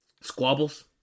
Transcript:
squabbles